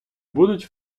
будуть